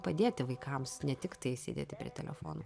padėti vaikams ne tiktai sėdėti prie telefono